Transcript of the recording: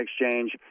exchange